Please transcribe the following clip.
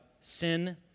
sin